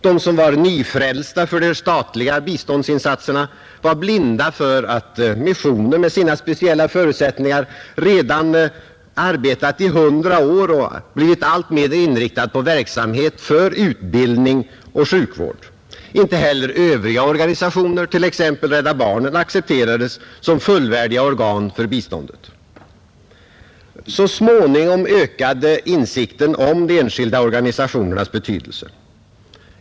De som var ny frälsta för de statliga biståndsinsatserna var blinda för att missionen med sina speciella förutsättningar redan arbetat i hundra år och blivit alltmer inriktad på verksamhet för utbildning och sjukvård. Inte heller övriga organisationer, t.ex. Rädda barnen, accepterades som fullvärdiga organ för biståndet. Så småningom ökade insikten om de enskilda organisationernas betydelse.